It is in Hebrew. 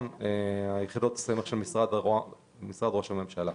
שמתייחס ליחידות סמך של משרד ראש הממשלה